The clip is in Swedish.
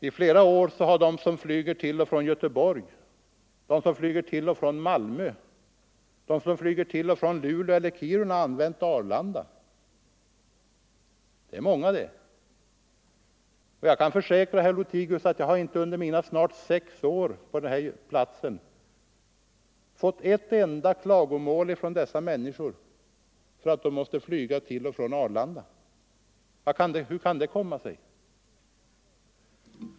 I flera år har de som flyger till och från Göteborg, Malmö, Luleå och Kiruna använt Arlanda. Det är många personer. Och jag kan försäkra herr Lothigius att jag under mina snart sex år som kommunikations minister inte har fått ett enda klagomål från dessa människor därför att de måste flyga till och från Arlanda. Hur kan det komma sig?